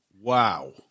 Wow